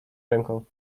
ręką